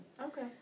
Okay